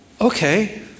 Okay